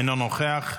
אינו נוכח,